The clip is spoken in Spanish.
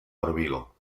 órbigo